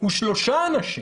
הוא שלושה אנשים,